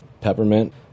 Peppermint